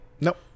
Nope